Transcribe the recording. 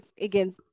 again